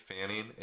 Fanning